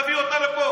תיבדל לחיים ארוכים,